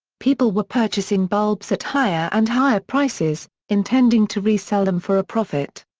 people were purchasing bulbs at higher and higher prices, intending to re-sell them for a profit.